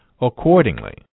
accordingly